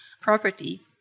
property